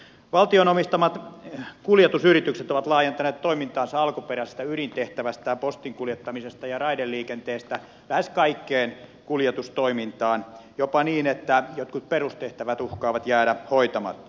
valtion omistamat kuljetusyritykset ovat laajentaneet toimintaansa alkuperäisestä ydintehtävästään postin kuljettamisesta ja raideliikenteestä lähes kaikkeen kuljetustoimintaan jopa niin että jotkut perustehtävät uhkaavat jäädä hoitamatta